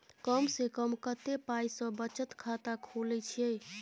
कम से कम कत्ते पाई सं बचत खाता खुले छै?